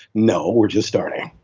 no, we're just starting.